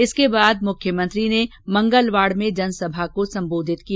इसके बाद मुख्यमंत्री ने मंगलवाड में जनसभा को सम्बोधित किया